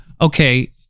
okay